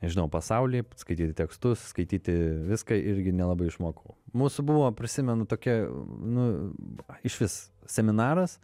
nežinau pasaulį skaityti tekstus skaityti viską irgi nelabai išmokau mūsų buvo prisimenu tokia nu išvis seminaras